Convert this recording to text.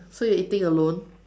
so you eating alone